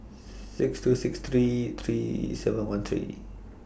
six two six three three seven one three